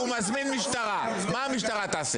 הוא מזמין משטרה, מה המשטרה תעשה?